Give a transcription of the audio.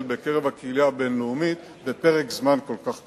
בקרב הקהילייה הבין-לאומית בפרק זמן כל כך קצר.